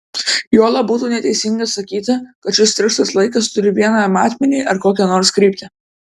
juolab būtų neteisinga sakyti kad šis tirštas laikas turi vieną matmenį ar kokią nors kryptį